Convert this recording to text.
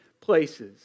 places